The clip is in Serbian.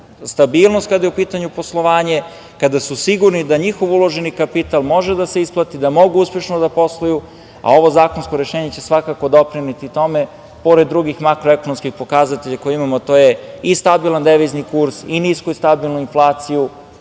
stabilnost kada je u pitanju poslovanje, kada su sigurni da njihov uloženi kapital može da se isplati, da mogu uspešno da posluju. Ovo zakonsko rešenje će svakako doprineti tome pored drugih makroekonomskih pokazatelja koje imamo, a to je i stabilan devizni kurs, nisu i stabilnu inflaciju,